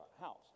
house